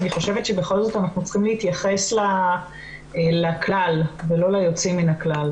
אני חושבת שבכל זאת אנחנו צריכים להתייחס לכלל ולא ליוצאים מן הכלל.